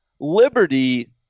Liberty